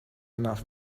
enough